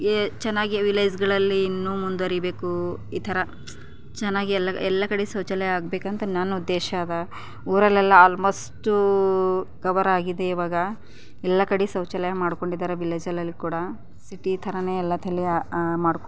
ಚೆನ್ನಾಗಿ ವಿಲೇಝ್ಗಳಲ್ಲಿ ಇನ್ನೂ ಮುಂದುವರಿಬೇಕು ಈ ಥರ ಚೆನ್ನಾಗಿ ಎಲ್ಲ ಕಡೆ ಶೌಚಾಲಯ ಆಗ್ಬೇಕಂತ ನನ್ನ ಉದ್ದೇಶ ಅದ ಊರಲ್ಲೆಲ್ಲ ಆಲ್ಮೋಸ್ಟು ಕವರಾಗಿದೆ ಇವಾಗ ಎಲ್ಲ ಕಡೆ ಶೌಚಾಲಯ ಮಾಡ್ಕೊಂಡಿದ್ದಾರೆ ವಿಲೇಜಲ್ಲಲ್ಲಿ ಕೂಡ ಸಿಟಿ ಥರನೇ ಎಲ್ಲ ತಲೆಯ ಮಾಡ್ಕೊ